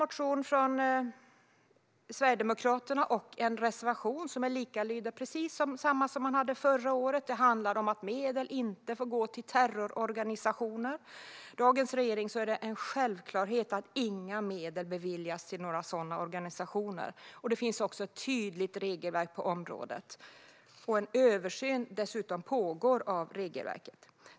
Motionen och reservationen från Sverigedemokraterna är precis densamma som förra året. Den handlar om att medel inte får gå till terrororganisationer. För dagens regering är det en självklarhet att inga medel beviljas till några sådana organisationer. Det finns också ett tydligt regelverk på området. Dessutom pågår en översyn av regelverket.